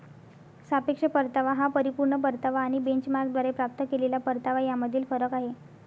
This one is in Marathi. सापेक्ष परतावा हा परिपूर्ण परतावा आणि बेंचमार्कद्वारे प्राप्त केलेला परतावा यामधील फरक आहे